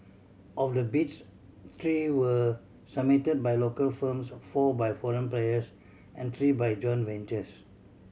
of the bids three were submit by local firms four by foreign players and three by joint ventures